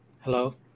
Hello